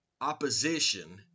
opposition